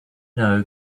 know